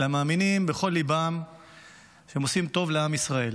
אלא מאמינים בכל ליבם שהם עושים טוב לעם ישראל.